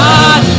God